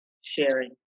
sharing